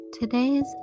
today's